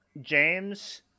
James